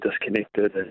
disconnected